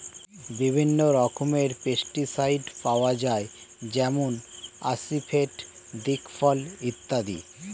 বিভিন্ন রকমের পেস্টিসাইড পাওয়া যায় যেমন আসিফেট, দিকফল ইত্যাদি